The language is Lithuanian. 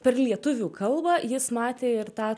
per lietuvių kalbą jis matė ir tą